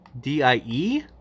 D-I-E